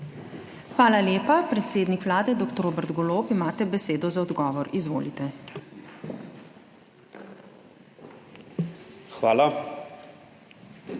Hvala lepa. Predsednik Vlade dr. Robert Golob, imate besedo za odgovor. Izvolite. **DR.